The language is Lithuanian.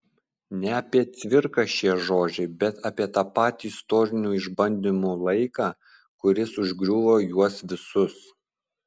ne apie cvirką šie žodžiai bet apie tą patį istorinių išbandymų laiką kuris užgriuvo juos visus